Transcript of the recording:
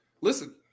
listen